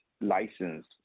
license